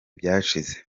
byashize